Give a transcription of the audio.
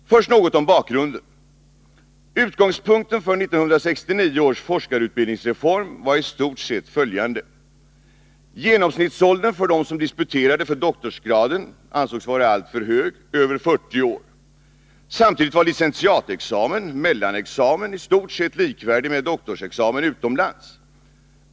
Först något om bakgrunden. Utgångspunkten för 1969 års forskarutbildningsreform var i stort sett följande. Genomsnittsåldern för dem som disputerade för doktorsgraden ansågs vara alltför hög, över 40 år. Samtidigt var licentiatexamen, mellanexamen, i stort sett likvärdig med doktorsexamen utomlands.